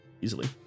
easily